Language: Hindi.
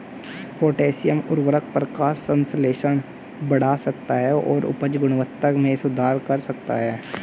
पोटेशियम उवर्रक प्रकाश संश्लेषण बढ़ा सकता है और उपज गुणवत्ता में सुधार कर सकता है